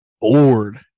bored